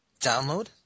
Download